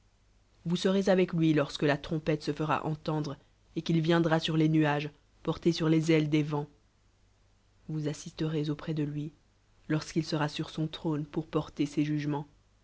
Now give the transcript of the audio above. vous serez avec lui lorsque la trompette se fera entendre et qu'il viendra surles nuages porté suries ailes des vents v oiis assisterez auprès de lui lorsqu'il sera sur